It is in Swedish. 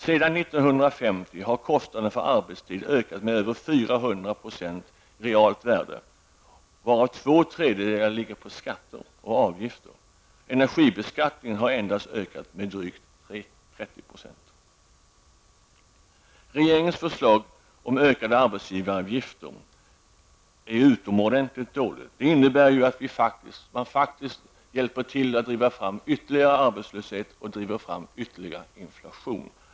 Sedan 1950 har kostnaden för arbetstid ökat med över 400 % i realt värde, varav två tredjedelar ligger på skatter och avgifter. Energibeskattningen har endast ökat med drygt 30 %. Regeringens förslag om ökade arbetsgivaravgifter är utomordentligt dåligt. Det innebär att man faktiskt hjälper till att driva fram ytterligare arbetslöshet och ytterligare inflation.